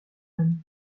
femme